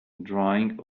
drying